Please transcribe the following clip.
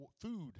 food